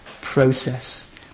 process